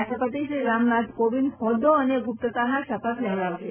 રાષ્ટ્રપતિ શ્રી રામનાથ કોવિંન્દ હોદ્દો અને ગુપ્તતાના શપથ લેવડાવશે